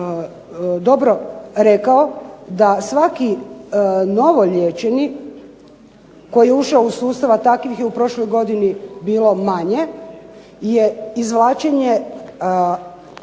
dobro rekao da svaki novo liječeni koji je ušao u sustav, a takvih je u prošloj godini bilo manje, je izvlačenje